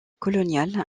coloniale